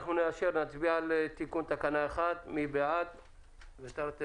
התייחסויות לתיקון תקנה 85. אדוני היושב-ראש,